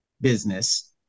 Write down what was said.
business